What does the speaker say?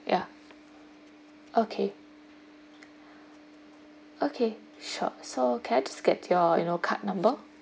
yeah okay okay sure so can I just get your you know card number